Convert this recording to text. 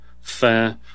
fair